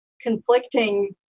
conflicting